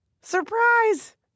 Surprise